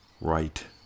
Right